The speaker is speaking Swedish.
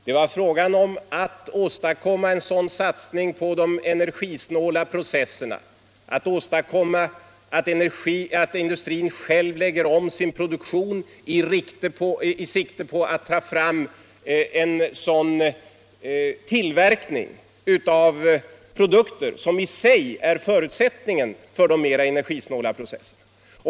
Det var fråga om att åstadkomma en satsning på de energisnåla processerna, att åstadkomma att industrin själv lägger om sin produktion med sikte på att ta fram en sådan tillverkning av produkter som i sig är förutsättningen för de mera energisnåla processerna.